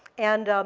and